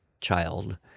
child